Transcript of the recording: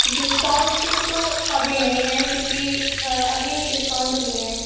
discount تو ابھی نہیں ہے کیونکہ ابھی ڈسکاؤنٹ نہیں ہے